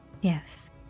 yes